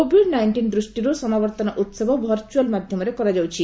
Covid nineteen ଦୃଷ୍ଟିରୁ ସମାବର୍ତ୍ତନ ଉତ୍ପ ଭର୍ଚୁଆଲ୍ ମାଧ୍ୟମରେ କରାଯାଉଛି